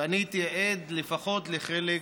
ואני הייתי עד לפחות לחלק